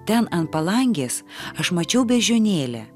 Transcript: ten ant palangės aš mačiau beždžionėlę